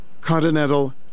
Continental